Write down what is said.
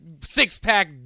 six-pack